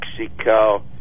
Mexico